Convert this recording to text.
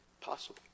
Possible